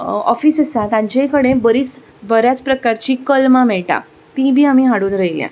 office आसा तांचे कडेन बरीच बऱ्याच प्रकारची कलमां मेळटात ती बी आमी हाडून रयल्यांत